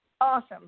Awesome